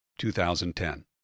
2010